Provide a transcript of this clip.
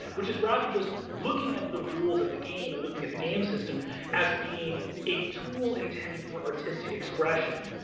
which is rather just looking at the rules of the game and looking at the game system as being a tool intended for artistic expression.